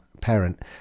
parent